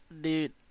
Dude